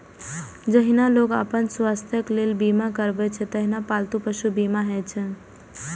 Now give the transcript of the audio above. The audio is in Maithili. जहिना लोग अपन स्वास्थ्यक लेल बीमा करबै छै, तहिना पालतू पशुक बीमा होइ छै